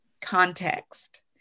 context